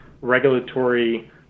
regulatory